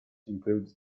include